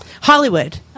hollywood